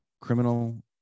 criminal